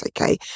okay